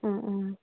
অঁ অঁ